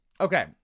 Okay